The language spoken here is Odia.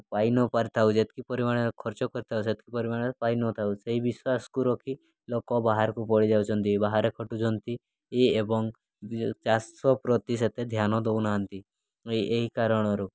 ପାଇନପାରିଥାଉ ଯେତିକି ପରିମାଣରେ ଖର୍ଚ୍ଚ କରିଥାଉ ସେତିକି ପରିମାଣରେ ପାଇନଥାଉ ସେହି ବିଶ୍ୱାସକୁ ରଖି ଲୋକ ବାହାରକୁ ପଡ଼ିଯାଉଛନ୍ତି ବାହାରେ ଖଟୁଛନ୍ତି ଏବଂ ଚାଷ ପ୍ରତି ସେତେ ଧ୍ୟାନ ଦେଉନାହାନ୍ତି ଏ ଏହି କାରଣରୁ